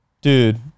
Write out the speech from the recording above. Dude